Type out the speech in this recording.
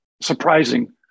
surprising